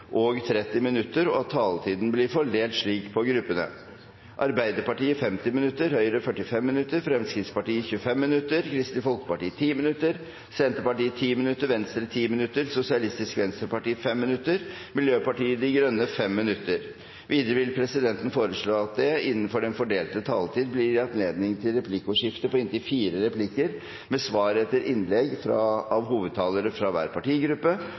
og 30 minutter, og at taletiden blir fordelt slik på gruppene: Arbeiderpartiet 50 minutter, Høyre 45 minutter, Fremskrittspartiet 25 minutter, Kristelig Folkeparti 10 minutter, Senterpartiet 10 minutter, Venstre 10 minutter, Sosialistisk Venstreparti 5 minutter og Miljøpartiet De Grønne 5 minutter. Videre vil presidenten foreslå at det blir gitt anledning til replikkordskifte på inntil fire replikker med svar etter innlegg fra hovedtalerne fra hver partigruppe